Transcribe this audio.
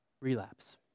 relapse